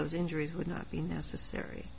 those injuries would not be necessary